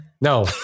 No